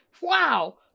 Wow